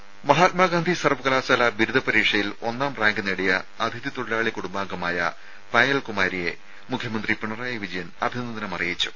രേര മഹാത്മാഗാന്ധി സർവ്വകലാശാല ബിരുദ പരീക്ഷയിൽ ഒന്നാം റാങ്ക് നേടിയ അതിഥി തൊഴിലാളി കുടുംബാംഗമായ പായൽ കുമാരിയെ മുഖ്യമന്ത്രി പിണറായി വിജയൻ അഭിനന്ദനമറിയിച്ചു